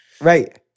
Right